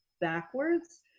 backwards